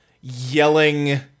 yelling